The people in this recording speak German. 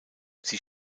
sie